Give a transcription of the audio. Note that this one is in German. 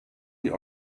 die